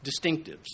distinctives